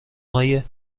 های